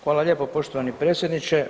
Hvala lijepo poštovani predsjedniče.